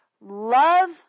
love